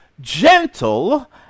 gentle